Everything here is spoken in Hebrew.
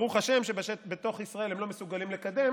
ברוך השם שבתוך ישראל הם לא מסוגלים לקדם.